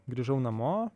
grįžau namo